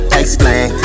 explain